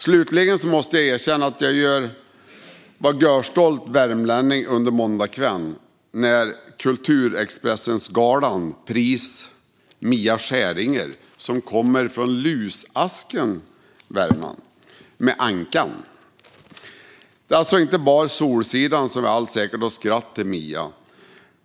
Slutligen måste jag erkänna att jag var görstolt värmlänning under måndagskvällen när Mia Skäringer, som kommer från "Lusasken" i Värmland, på Expressens kulturgala fick satirpriset Ankan. Det är alltså inte bara i Solsidan som vi har skrattat åt Mia.